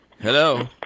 Hello